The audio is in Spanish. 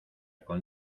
con